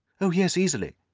oh, yes, easily.